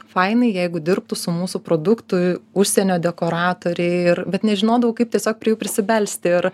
fainai jeigu dirbtų su mūsų produktu užsienio dekoratoriai ir bet nežinodavau kaip tiesiog prie jų prisibelsti ir